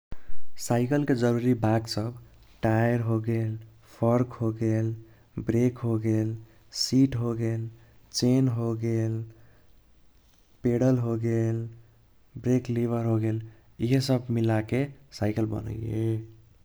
साइकलके जरूरी भाग सब टायर होगेल फोर्क होगेल ब्रेक होगेल सीट होगेल छैन होगेल पेडल होगेल ब्रेक लिभर होगेल इहे सब मिलाके साइकल बनैये।